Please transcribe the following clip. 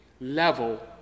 level